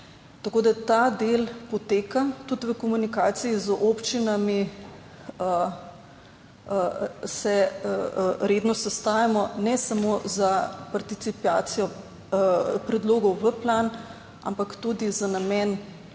Tako, da ta del poteka tudi v komunikaciji z občinami se redno sestajamo, ne samo za participacijo predlogov v plan, ampak tudi za namen